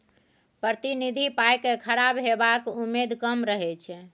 प्रतिनिधि पाइ केँ खराब हेबाक उम्मेद कम रहै छै